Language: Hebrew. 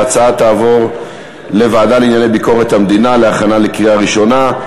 ההצעה תעבור לוועדה לענייני ביקורת המדינה להכנה לקריאה ראשונה.